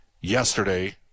Yesterday